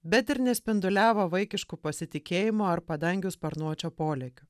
bet ir nespinduliavo vaikišku pasitikėjimu ar padangių sparnuočio polėkiu